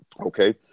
Okay